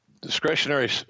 discretionary